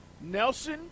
Nelson